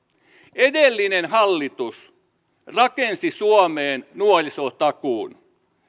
edellinen hallitus rakensi suomeen nuorisotakuun